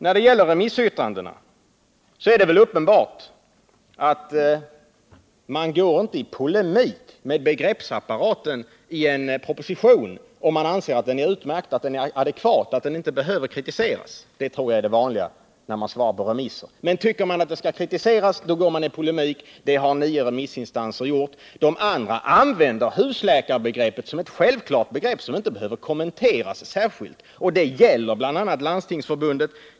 När det gäller detta med remissyttrandena, så är det väl uppenbart att man inte går i polemik mot begreppsapparaten i en proposition om man anser att den är utmärkt, att den är adekvat och att den inte behöver kritiseras. Det tror jag är det vanliga när man svarar på remisser. Men tycker man att förslag skall kritiseras går man i polemik. Det har nio remissinstanser gjort. De andra använder husläkarbegreppet som ett självklart begrepp som inte behöver kommenteras särskilt, och det gäller bl.a. Landstingsförbundet.